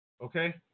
Okay